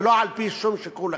ולא על-פי שום שיקול אחר.